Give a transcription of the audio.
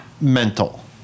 Mental